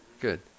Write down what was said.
good